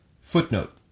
Footnote